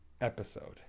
episode